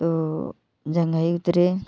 तो जंघई उतरे